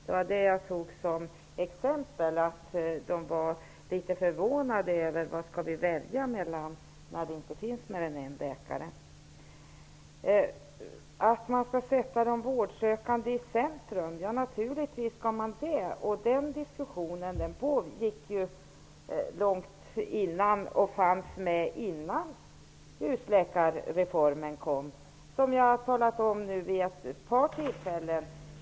Invånarna i Dorotea var litet förvånade och undrade vilka läkare de skulle välja mellan när det fanns bara en läkare. Naturligtvis skall man sätta de vårdsökande i centrum. Den diskussionen pågick långt för husläkarreformen, vilket jag har sagt vid ett par tillfällen.